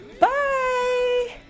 Bye